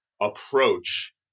approach